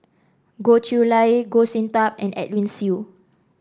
Goh Chiew Lye Goh Sin Tub and Edwin Siew